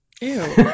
Ew